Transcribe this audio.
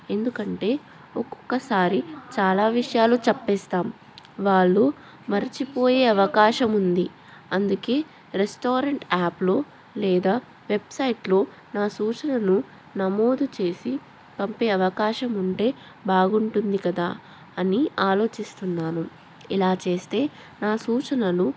ఎందుకంటే ఒక్కొక్కసారి చాలా విషయాలు చెప్పేస్తాం వాళ్ళు మర్చిపోయే అవకాశం ఉంది అందుకే రెస్టారెంట్ యాప్లో లేదా వెబ్సైట్లో నా సూచనను నమోదు చేసి పంపే అవకాశం ఉంటే బాగుంటుంది కదా అని ఆలోచిస్తున్నాను ఇలా చేస్తే నా సూచనలు